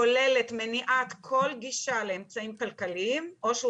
כוללת מניעת כל גישה לאמצעיים כלכליים או שהוא